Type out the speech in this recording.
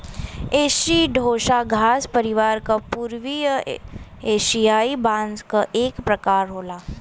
एसिडोसा घास परिवार क पूर्वी एसियाई बांस क एक प्रकार होला